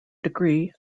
degree